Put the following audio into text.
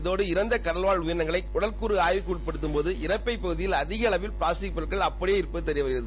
இதோடு இறந்த கடல்வாழ் உயிரினங்களை உடற்கூறு ஆய்வுக்குட்படுத்தம்போது இரைப்பை பகுதிகளில் அதிக அளவில் பிளாஸ்டிக் பொருட்கள் அப்படியே இருப்பது தெரியவருகிறது